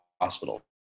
hospital